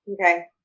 Okay